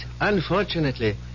unfortunately